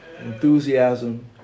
enthusiasm